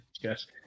Yes